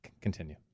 Continue